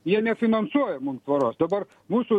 jie nefinansuoja mum tvoros dabar mūsų